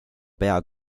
pea